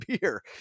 beer